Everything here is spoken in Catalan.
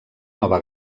nova